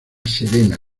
serena